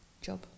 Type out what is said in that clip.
job